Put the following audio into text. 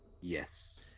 Yes